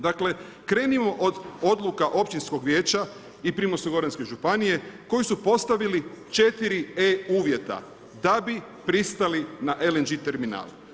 Dakle, krenimo od odluka općinskog vijeća i Primorsko goranske županije koji su postavili 4 e-uvjeta, da bi pristali na LNG terminal.